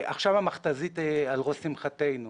עכשיו המכת"זית על ראש שמחתנו,